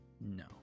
No